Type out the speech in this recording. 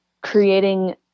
creating